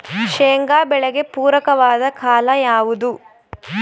ಶೇಂಗಾ ಬೆಳೆಗೆ ಪೂರಕವಾದ ಕಾಲ ಯಾವುದು?